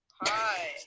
Hi